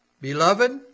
Beloved